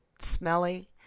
smelly